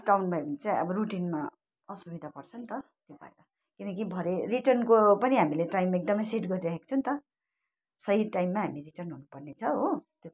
up down भयो भने चाहिँ अब रुटिनमा असुविधा पर्छ नि त किनकि भरे रिटर्नको पनि हामीले टाइम एकदम सेट गरिराखेको छु नि त सही टाइममा हामी रिटर्न हुनु पर्नेछ हो